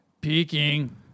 Peking